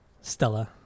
Stella